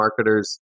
marketer's